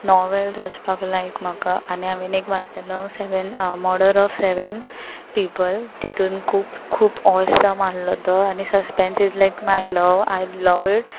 novels वाचपाक लायक म्हाका आनी हांवें एक वाचलेलो seven murder of seven people तितून खूब ऑसम आसलो तो आनी suspense is like my love I love it